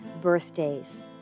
birthdays